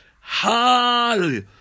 Hallelujah